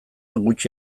gutxi